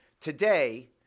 Today